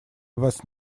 was